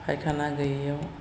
फाइखाना गैयियाव